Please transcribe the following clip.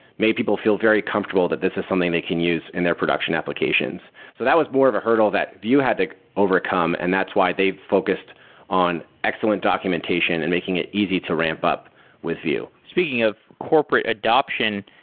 made people feel very comfortable that this is something they can use in their production applications. so that was more of a hurdle that view had to overcome and that's why they focused on excellent documentation and making it easy to ramp up with view. speaking of corporate adoption,